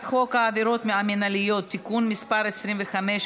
חוק העבירות המינהליות (תיקון מס' 25),